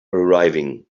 arriving